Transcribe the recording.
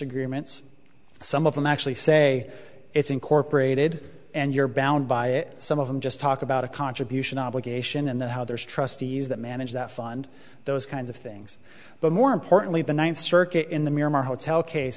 agreements some of them actually say it's incorporated and you're bound by it some of them just talk about a contribution obligation and then how there's trustees that manage that fund those kinds of things but more importantly the ninth circuit in the miramar hotel case